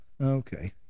Okay